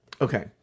Okay